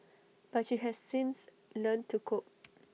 but she has since learnt to cope